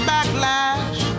Backlash